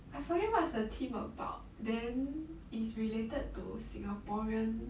I forget what's the theme about then it's related to singaporean